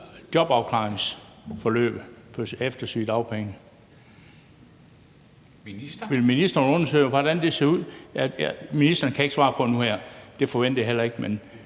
at have været på sygedagpenge? Vil ministeren undersøge, hvordan det ser ud? Ministeren kan ikke svare på det nu her, og det forventer jeg heller ikke.